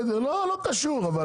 לא קשור,